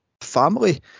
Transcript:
family